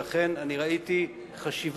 ולכן אני ראיתי חשיבות